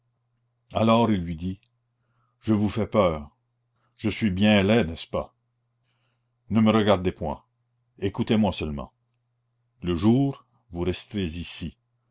alors il lui dit je vous fais peur je suis bien laid n'est-ce pas ne me regardez point écoutez-moi seulement le jour vous resterez ici